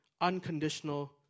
unconditional